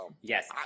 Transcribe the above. Yes